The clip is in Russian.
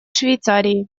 швейцарии